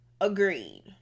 Agreed